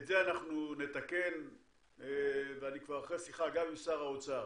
את זה אנחנו נתקן ואני כבר אחרי שיחה גם עם שר האוצר